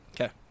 Okay